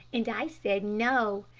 and i said no.